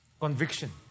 Conviction